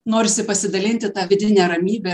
norisi pasidalinti ta vidine ramybe